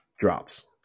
drops